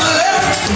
left